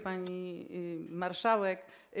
Pani Marszałek!